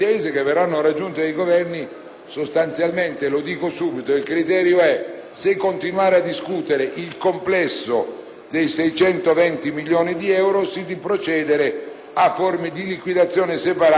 Sostanzialmente - lo dico subito - il criterio è se continuare a discutere il complesso dei 620 milioni di euro o se procedere a forme di liquidazioni separate e per importi predeterminati.